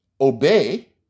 obey